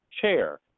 Chair